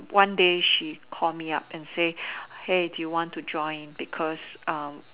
one day she called me up and said hey do you want to join because